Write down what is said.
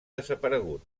desaparegut